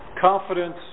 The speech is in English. confidence